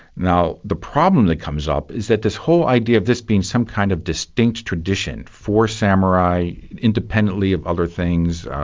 now the problem that comes up is that this whole idea of this being some kind of distinct tradition for samurai, independently of other things,